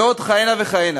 ועוד כהנה וכהנה.